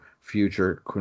future